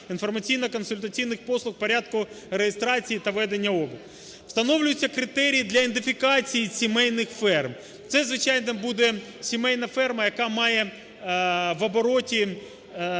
інформаційно-консультаційних послуг порядку реєстрації та ведення обліку. Встановлюється критерій для ідентифікації сімейних ферм. Це, звичайно, буде сімейна ферма, яка має в обороті